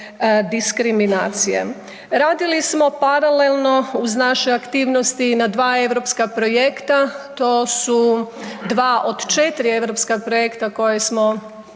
diskriminacije. Radili smo paralelno uz naše aktivnosti i na 2 europska projekta to su 2 od 4 europska projekta koje smo